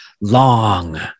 long